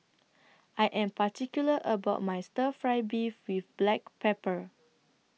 I Am particular about My Stir Fry Beef with Black Pepper